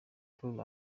pour